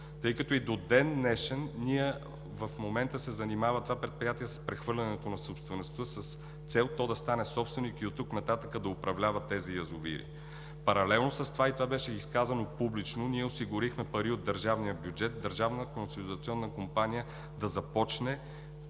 тъй като и до ден днешен в момента това предприятие се занимава с прехвърлянето на собствеността с цел то да стане собственик и оттук нататък да управлява тези язовири. Паралелно с това – и това беше изказано публично, ние осигурихме пари от държавния бюджет Държавната консолидационна компания да започне